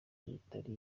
bitari